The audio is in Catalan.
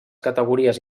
categories